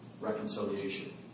reconciliation